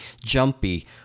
jumpy